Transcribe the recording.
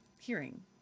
hearing